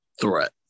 threat